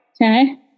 Okay